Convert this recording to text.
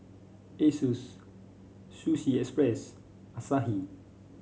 Asus Sushi Express Asahi